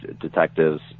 detectives